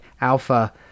alpha